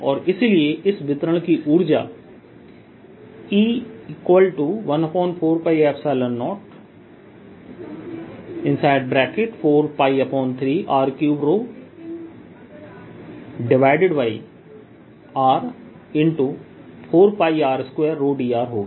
और इसलिए इस वितरण की ऊर्जा E14π04π3r3r4πr2ρdr होगी